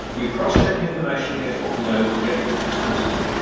we cross-check information against what we know from reputable sources.